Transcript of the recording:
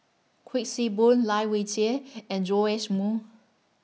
Kuik Swee Boon Lai Weijie and Joash Moo